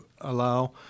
allow